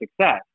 success